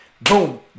boom